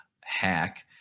hack